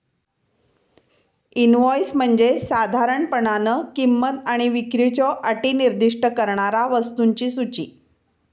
invoice म्हणजे साधारणपणान किंमत आणि विक्रीच्यो अटी निर्दिष्ट करणारा वस्तूंची सूची